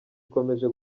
ikomeje